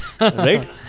right